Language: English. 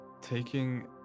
Taking